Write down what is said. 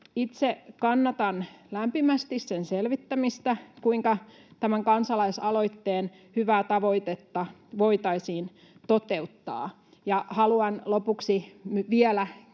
Itse kannatan lämpimästi sen selvittämistä, kuinka tämän kansalaisaloitteen hyvää tavoitetta voitaisiin toteuttaa. Haluan lopuksi vielä